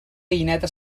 gallineta